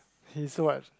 he so what